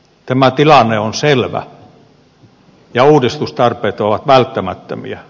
tämä tilanne on selvä ja uudistustarpeet ovat välttämättömiä